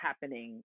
happening